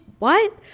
What